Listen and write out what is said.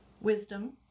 Wisdom